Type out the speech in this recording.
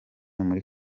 muri